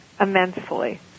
immensely